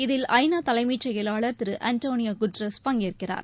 இதில் ஐ நா தலைமைச் செயலாளர் திரு ஆண்டோனியோ குட்ரஸ் பங்கேற்கிறார்